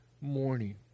morning